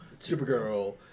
Supergirl